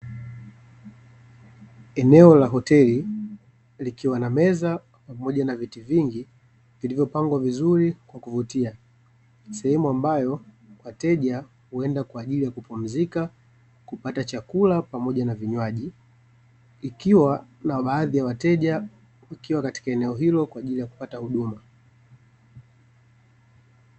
Eneo la hoteli likiwa na meza pamoja na viti vingi vilivyopangwa vizuri kwa kuvutia, sehemu ambayo wateja huenda kwaajili ya kupumzika, kupata chakula pamoja na vinywaji, ikiwa na baadhi ya wateja wakiwa katika eneo hilo kwaajili ya kupata huduma.